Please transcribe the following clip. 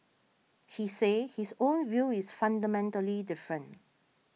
he said his own view is fundamentally different